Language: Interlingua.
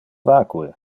vacue